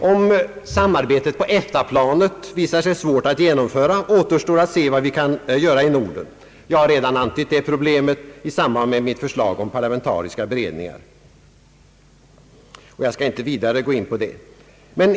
Om samarbetet på EFTA-planet visar sig svårt att genomföra, återstår att se vad vi kan göra i Norden. Jag har redan antytt det problemet i samband med mitt förslag om parlamentariska beredningar och skall nu inte vidare gå in härpå.